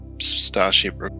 Starship